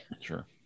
Sure